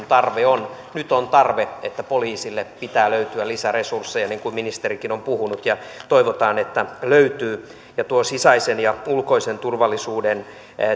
tarve on nyt on tarve että poliisille pitää löytyä lisäresursseja niin kuin ministerikin on puhunut ja toivotaan että löytyy tuo sisäisen ja ulkoisen turvallisuuden